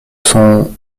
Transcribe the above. son